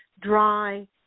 dry